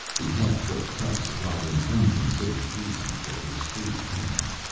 the half-full cup supplied an unconsidered reason for his free hand.